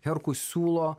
herkus siūlo